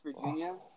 Virginia